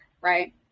right